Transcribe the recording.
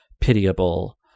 pitiable